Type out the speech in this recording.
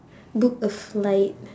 book a flight